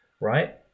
right